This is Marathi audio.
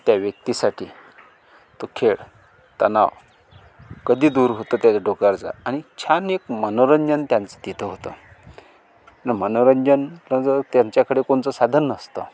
त्या व्यक्तीसाठी तो खेळ तणाव कधी दूर होतं त्याच्या डोक्यावरचं आणि छान एक मनोरंजन त्यांचं तिथं होतं मनोरंजन जर त्यांच्याकडे कोणचं साधन नसतं